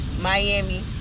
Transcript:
Miami